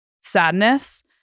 sadness